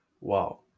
Wow